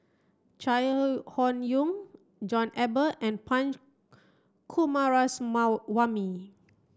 Chai Hon Yoong John Eber and Punch Coomaraswamy